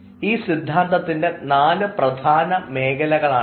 ഈ സിദ്ധാന്തത്തിൻറെ നാല് പ്രധാന മേഖലകളാണിത്